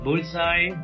Bullseye